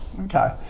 okay